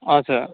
हजुर